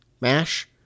mash